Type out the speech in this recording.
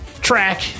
track